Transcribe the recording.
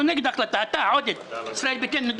עודד פורר מישראל ביתנו,